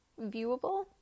viewable